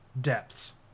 depths